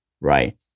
right